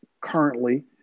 currently